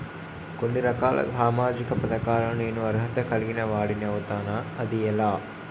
కొన్ని రకాల సామాజిక పథకాలకు నేను అర్హత కలిగిన వాడిని అవుతానా? అది ఎలా?